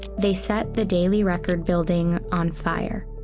they set the daily record building on fire.